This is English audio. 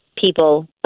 People